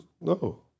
No